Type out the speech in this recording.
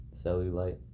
Cellulite